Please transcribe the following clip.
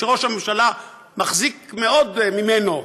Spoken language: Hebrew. שראש הממשלה מחזיק מאוד ממנו,